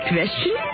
Question